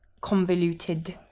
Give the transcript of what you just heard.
convoluted